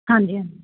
ਹਾਂਜੀ ਹਾਂਜੀ